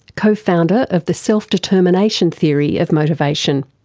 co-founder of the self determination theory of motivation.